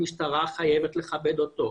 המשטרה חייבת לכבד אותו.